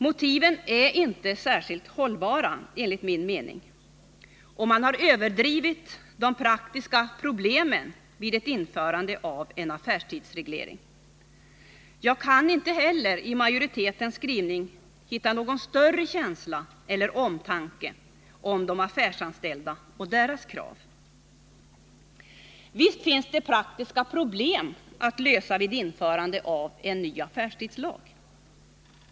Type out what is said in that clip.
Motiven är inte särskilt hållbara, enligt min mening, och man har överdrivit de praktiska problemen vid införandet av en affärstidsreglering. Jag kan inte heller i majoritetens skrivning hitta någon större känsla för eller omtanke om de affärsanställda och deras krav. Visst finns vissa praktiska problem att lösa vid införandet av ny affärstidslag.